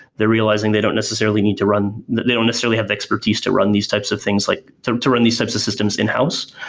they're realizing they don't necessarily need to run they don't necessarily have the expertise to run these types of things like to to run these types of systems in-house.